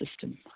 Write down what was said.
system